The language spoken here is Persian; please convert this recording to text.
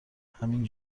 همین